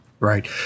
Right